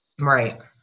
Right